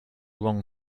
wrong